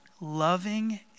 Loving